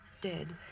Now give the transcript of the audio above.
dead